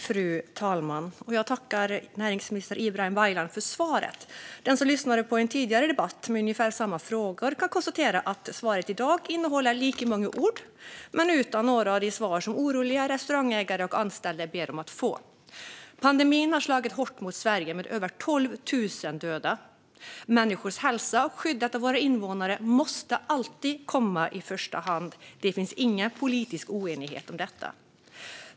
Fru talman! Jag tackar näringsminister Ibrahim Baylan för svaret. Den som lyssnade på en tidigare debatt med ungefär samma frågor kan konstatera att dagens svar innehåller lika många ord men saknar några av de svar som oroliga restaurangägare och anställda ber om att få. Pandemin har slagit hårt mot Sverige med över 12 000 döda. Människors hälsa och skyddet av våra invånare måste alltid komma i första hand. Det finns ingen politisk oenighet om detta.